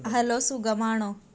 hello സുഖമാണോ